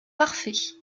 parfait